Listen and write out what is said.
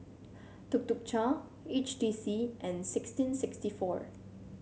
Tuk Tuk Cha H T C and sixteen sixty four